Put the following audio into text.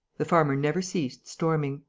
the farmer never ceased storming.